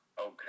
okay